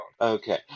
Okay